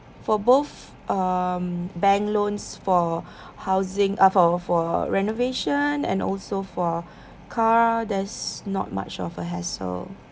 for both um bank loans for housing uh for for renovation and also for car there's not much of a hassle